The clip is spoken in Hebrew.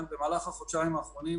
במהלך החודשיים האחרונים,